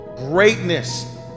Greatness